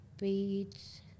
beads